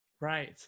Right